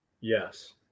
Yes